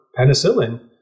penicillin